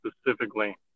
specifically